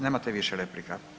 Nemate više replika.